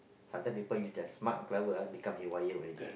sometime people use their smart clever ah become haywire already